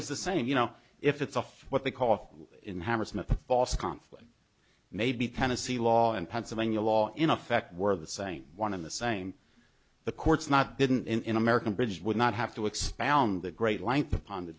was the same you know if it's a what they call in hammersmith boss conflict maybe tennessee law and pennsylvania law in effect were the same one and the same the courts not didn't in american bridge would not have to expound the great length upon the